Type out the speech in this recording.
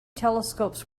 telescopes